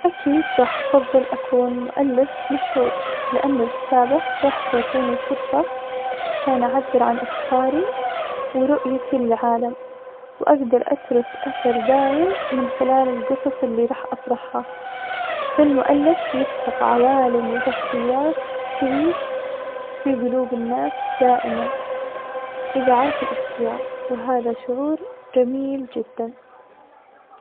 أكيد راح فضل أكون مؤلف مشهور, لأن الكتابة راح تعطيني فرصة عشان أعبر عن أفكاري ورؤيتي للعالم, وأقدر أترك أثر دايم من خلال القصص اللي راح أطرحها, فالمؤلف يخلق عوالم وشخصيات تعيش في قلوب الناس دائما, إذا عرف الاختيار, وهذا شعور جميل جدا.